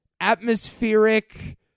atmospheric